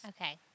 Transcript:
Okay